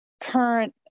current